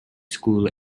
school